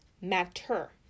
matter